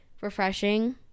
refreshing